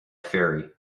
ferry